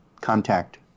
contact